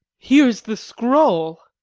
here's the scroll,